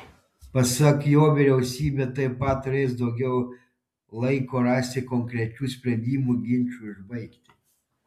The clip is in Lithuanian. pasak jo vyriausybė taip pat turės daugiau laiko rasti konkrečių sprendimų ginčui užbaigti